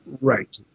Right